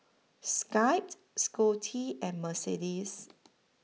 Skye Scottie and Mercedes